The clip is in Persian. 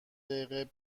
دقیقه